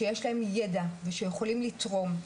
שיש להם ידע ויכולים לתרום,